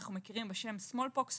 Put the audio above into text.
שאנחנו מכירים בשם smallpox,